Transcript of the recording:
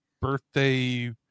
birthday